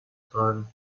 tragen